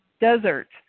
desert